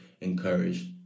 encourage